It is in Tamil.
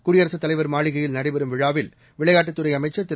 குடியரசுத் தலைவர் மாளிகையில் நடைபெறும் விழாவில் விளையாட்டுத் துறை அமைச்சர் திரு